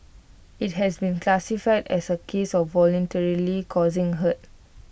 IT has been classified as A case of voluntarily causing hurt